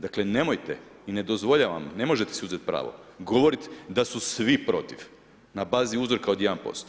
Dakle, nemojte i ne dozvoljavam, ne možete si uzeti pravo govorit da su svi protiv na bazi uzorka od 1%